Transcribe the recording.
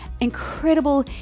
incredible